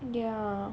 ya